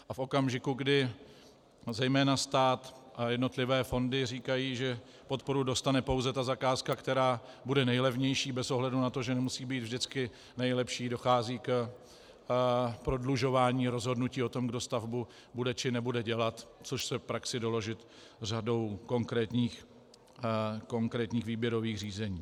A v okamžiku, kdy zejména stát a jednotlivé fondy říkají, že podporu dostane pouze ta zakázka, která bude nejlevnější bez ohledu na to, že musí být vždycky nejlepší, dochází k prodlužování rozhodnutí o tom, kdo stavbu bude, či nebude dělat, což lze v praxi doložit řadou konkrétních výběrových řízení.